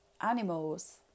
Animals